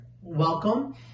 welcome